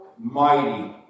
mighty